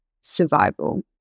survival